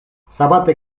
sabate